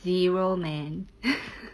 zero man